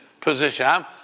position